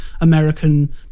American